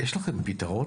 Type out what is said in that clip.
יש לכם פתרון?